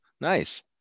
Nice